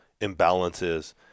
imbalances